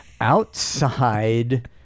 outside